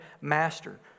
master